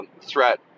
threat